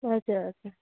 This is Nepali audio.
हजुर हजुर